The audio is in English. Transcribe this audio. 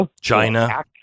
china